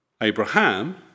Abraham